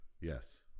Yes